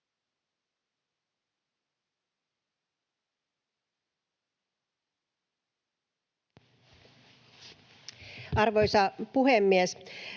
Arvoisa puhemies!